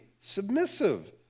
submissive